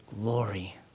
Glory